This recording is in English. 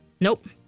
nope